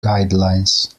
guidelines